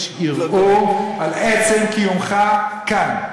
יש ערעור על עצם קיומך כאן.